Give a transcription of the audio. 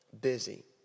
busy